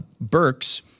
Burks